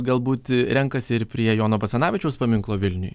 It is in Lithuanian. galbūt renkasi ir prie jono basanavičiaus paminklo vilniuje